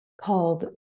called